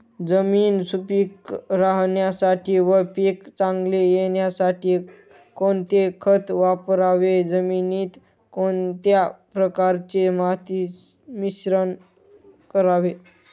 जमीन सुपिक राहण्यासाठी व पीक चांगले येण्यासाठी कोणते खत वापरावे? जमिनीत कोणत्या प्रकारचे माती मिश्रण करावे?